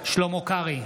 שלמה קרעי,